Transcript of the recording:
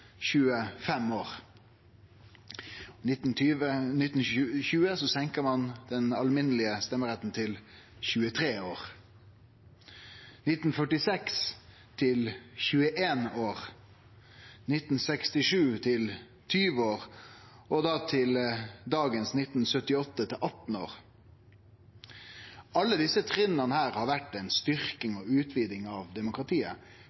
25 år. I 1920 senka ein aldersgrensa for allmenn stemmerett til 23 år. I 1946 blei grensa senka til 21 år, i 1967 til 20 år, og i 1978 til dagens grense på 18 år. Alle desse trinna har vore ei styrking og ei utviding av demokratiet.